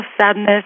sadness